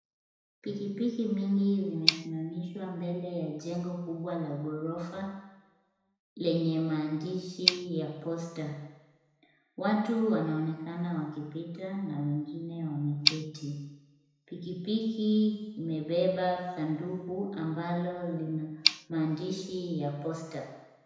Pikipiki mingi zimesimamishwa mbele ya jengo kubwa la ghorofa, lenye maandishi ya posta. Watu wanaonekana wakipita na wengine wameketi. Pikipiki imebeba sanduku ambalo lina maandishi ya posta.